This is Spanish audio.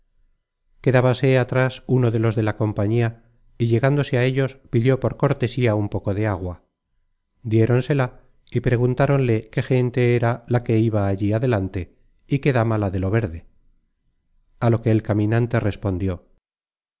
saludaron quedabase atras uno de los de la compañía y llegándose á ellos pidió por cortesía un poco de agua dierónsela y preguntáronle qué gente era la que iba allí adelante y qué dama la de lo verde a lo que el caminante respondió